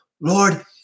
Lord